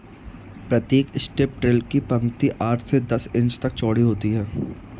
प्रतीक strip till की पंक्ति आठ से दस इंच तक चौड़ी होती है